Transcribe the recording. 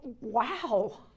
wow